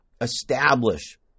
establish